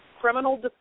Criminal